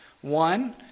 One